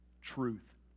truth